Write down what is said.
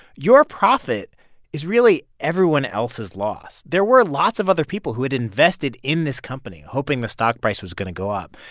your profit is really everyone else's loss. there were lots of other people who had invested in this company hoping the stock price was going to go up.